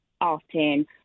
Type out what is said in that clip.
often